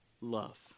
love